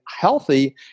healthy